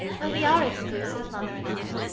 well, we are exclusive, mother and i.